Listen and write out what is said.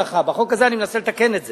בחוק הזה אני מנסה לתקן את זה,